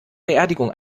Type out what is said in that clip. beerdigung